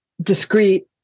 Discrete